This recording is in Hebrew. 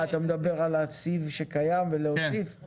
האם אתה מדבר על הסיב שקיים ולהוסיף?